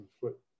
foot